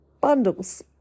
bundles